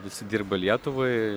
visi dirba lietuvai